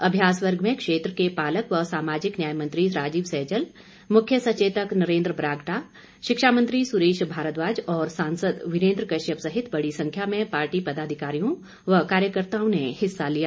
अभ्यास वर्ग में क्षेत्र के पालक व सामाजिक न्याय मंत्री राजीव सहजल मुख्य सचेतक नरेन्द्र बरागटा शिक्षा मंत्री सुरेश भारद्वाज और सांसद वीरेन्द्र कश्यप सहित बड़ी संख्या में पार्टी पदाधिकारियों व कार्यकर्ताओं ने हिस्सा लिया